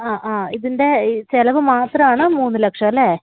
ആ ആ ഇതിൻ്റെ ഈ ചെലവ് മാത്രമാണ് മൂന്ന് ലക്ഷം അല്ലേ